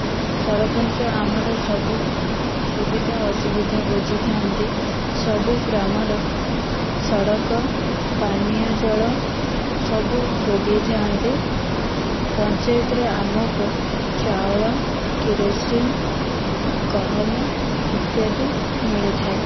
ସରପଞ୍ଚ ଆମର ସବୁ ସୁବିଧା ଅସୁବିଧା ବୁଝିଥାନ୍ତି ସବୁ ଗ୍ରାମର ସଡ଼କ ପାନୀୟଜଳ ସବୁ ଯୋଗାଇଥାନ୍ତି ପଞ୍ଚାୟତରେ ଆମକୁ ଚାଉଳ କିରୋସିନ ଗହମ ଇତ୍ୟାଦି ମିଳିଥାଏ